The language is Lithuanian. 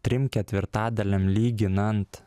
trim ketvirtadaliam lyginant